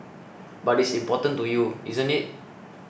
but it's important to you isn't it